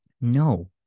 No